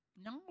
No